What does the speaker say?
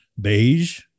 beige